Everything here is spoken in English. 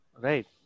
Right